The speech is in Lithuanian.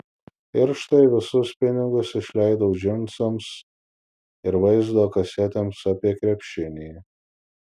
ir štai visus pinigus išleidau džinsams ir vaizdo kasetėms apie krepšinį